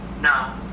No